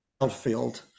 outfield